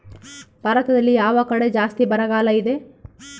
ಭಾರತದಲ್ಲಿ ಯಾವ ಕಡೆ ಜಾಸ್ತಿ ಬರಗಾಲ ಇದೆ?